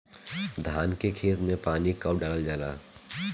धान के खेत मे पानी कब डालल जा ला?